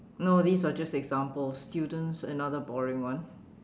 no these are just examples students and other boring one